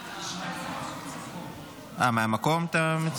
סדר-היום, הצעת חוק לתיקון פקודת הנמלים